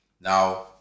Now